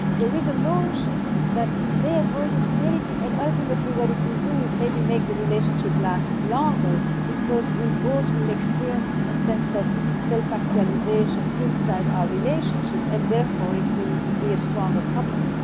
there is a notion that it may avoid infidelity and ultimately what it will do is maybe make the relationship last longer because we both will experience a sense of selfactualization inside our relationship and therefore it will be a stronger couple